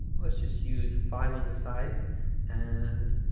let's just use five on the sides and